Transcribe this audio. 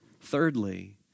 Thirdly